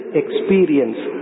experience